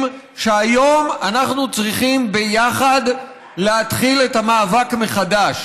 שהיום אנחנו צריכים ביחד להתחיל את המאבק מחדש.